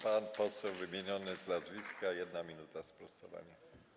Pan poseł wymieniony z nazwiska - 1 minuta na sprostowanie.